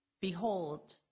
Behold